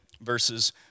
verses